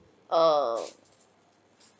um